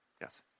Yes